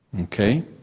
okay